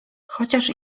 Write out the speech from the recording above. chociaż